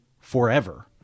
forever